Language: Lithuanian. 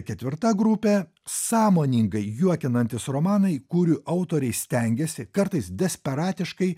ketvirta grupė sąmoningai juokinantys romanai kurių autoriai stengiasi kartais desperatiškai